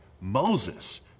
Moses